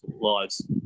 lives